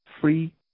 free